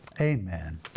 amen